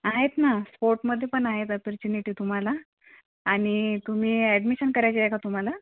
आहेत ना स्पोर्टमध्ये पण आहेत ऑपॉर्च्युनिटीस तुम्हाला आणि तुम्ही अॅडमिशन करायची आहे आहे का तुम्हाला